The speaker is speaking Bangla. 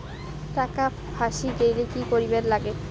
টাকা ফাঁসি গেলে কি করিবার লাগে?